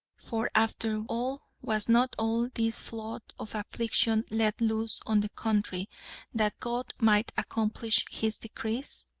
for after all was not all this flood of affliction let loose on the country that god might accomplish his decrees?